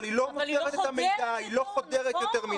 אבל היא לא חודרת יותר מדי.